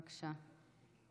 בבקשה.